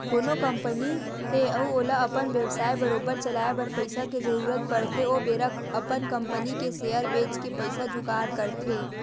कोनो कंपनी हे अउ ओला अपन बेवसाय बरोबर चलाए बर पइसा के जरुरत पड़थे ओ बेरा अपन कंपनी के सेयर बेंच के पइसा जुगाड़ करथे